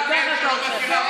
שלא מכירה חוק,